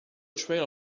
trail